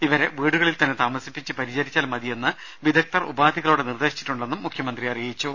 ഇവരെ വീടുകളിൽ തന്നെ താമസിച്ച് പരിചരിച്ചാൽ മതിയെന്ന് വിദഗ്ദർ ഉപാധികളോടെ നിർദേശിച്ചിട്ടുണ്ടെന്നും മുഖ്യമന്ത്രി പറഞ്ഞു